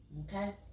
Okay